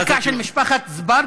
אבל זו הקרקע של משפחת אזברגה,